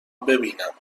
ببینم